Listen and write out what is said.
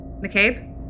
McCabe